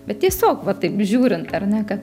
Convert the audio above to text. bet tiesiog va taip žiūrint ar ne kad